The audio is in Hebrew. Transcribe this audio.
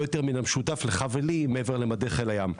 יותר מן המשותף לך ולי מעבר למדי חיל הים...